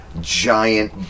giant